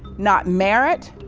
not merit,